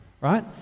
right